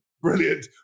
Brilliant